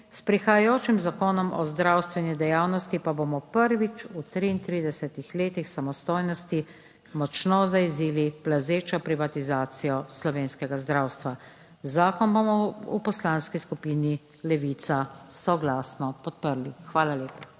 S prihajajočim zakonom o zdravstveni dejavnosti pa bomo prvič v 33 letih samostojnosti močno zajezili plazečo privatizacijo slovenskega zdravstva, zakon bomo v Poslanski skupini Levica soglasno podprli. Hvala lepa.